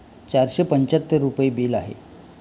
चारशे पंच्याहत्तर रुपये बिल आहे